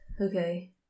Okay